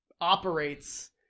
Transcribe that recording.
operates